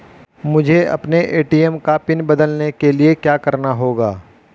मुझे अपने ए.टी.एम का पिन बदलने के लिए क्या करना होगा?